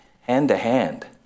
hand-to-hand